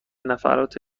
نفرات